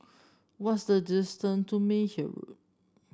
what is the distant to Meyer Road